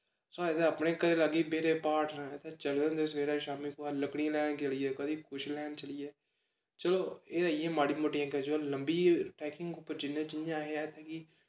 साढ़े ते अपने घरै दे लाग्गै बत्थहेरे प्हाड़ न ते चले दे होंदे सवेरे शाम्मी कुदै लक्कड़ियां लैन गी चली गे कदें कुछ लैन चली गे चलो एह् ते इ'यां माड़ियां मुट्टियां लंबी ट्रैकिंग उप्पर जन्नें जियां अस